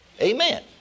Amen